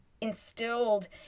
instilled